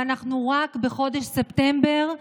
ואנחנו רק בחודש ספטמבר,